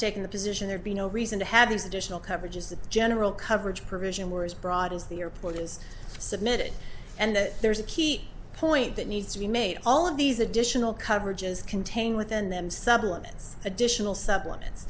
taking the position there be no reason to have these additional coverage is the general coverage provision where as broad as the airport is submitted and there's a key point that needs to be made all of these additional coverages contain within them supplements additional supplements